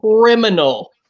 criminal